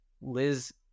Liz